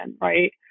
right